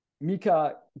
Mika